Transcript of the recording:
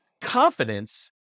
confidence